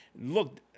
Look